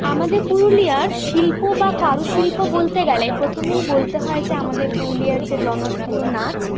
আমাদের পুরুলিয়ার শিল্প বা কারুশিল্প বলতে গেলে প্রথমেই বলতে হয় যে আমাদের পুরুলিয়ার যে জনপ্রিয় নাচ